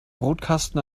brotkasten